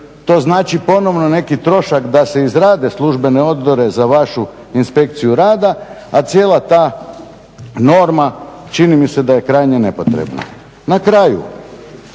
to znači ponovo neki trošak da se izrade službene odore za vašu inspekciju rada, a cijela ta norma čini mi se da je nepotrebna. Na kraju